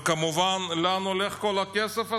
וכמובן, לאן הולך כל הכסף הזה?